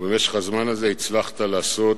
ובמשך הזמן הזה הצלחת לעשות,